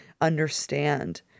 understand